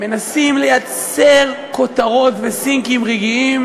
מנסים לייצר כותרות ו"סינקים" רגעיים